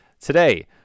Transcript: Today